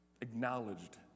acknowledged